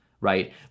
right